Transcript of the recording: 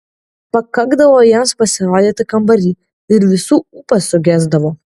pakakdavo jiems pasirodyti kambary ir visų ūpas sugesdavo